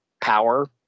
power